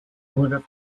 were